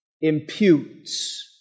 imputes